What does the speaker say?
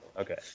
Okay